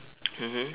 mmhmm